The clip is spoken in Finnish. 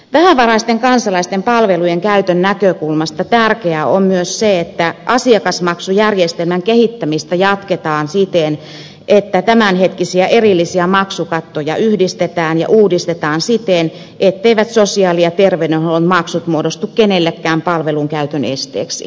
vähävaraisten kansalaisten palvelujen käytön näkökulmasta tärkeää on myös se että asiakasmaksujärjestelmän kehittämistä jatketaan siten että tämänhetkisiä erillisiä maksukattoja yhdistetään ja uudistetaan siten etteivät sosiaali ja terveydenhuollon maksut muodostu kenellekään palveluiden käytön esteeksi